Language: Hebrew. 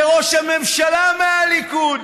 זה ראש הממשלה מהליכוד.